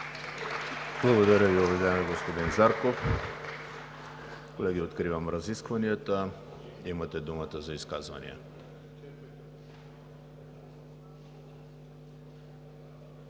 Благодаря Ви, уважаеми господин Зарков. Колеги, откривам разискванията. Имате думата за изказвания.